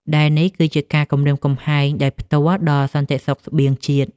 ដែលនេះគឺជាការគំរាមកំហែងដោយផ្ទាល់ដល់សន្តិសុខស្បៀងជាតិ។